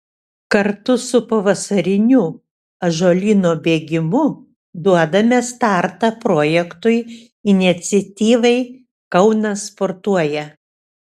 kartu su pavasariniu ąžuolyno bėgimu duodame startą projektui iniciatyvai kaunas sportuoja